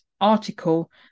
article